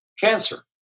cancer